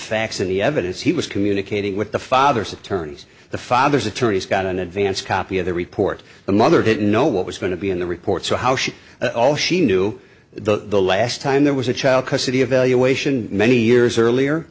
facts in the evidence he was communicating with the father's attorneys the father's attorneys got an advanced copy of the report the mother didn't know what was going to be in the reports or how she all she knew the last time there was a child custody evaluation many years earlier